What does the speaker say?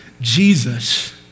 Jesus